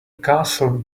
castle